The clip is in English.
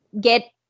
get